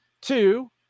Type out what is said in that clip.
Two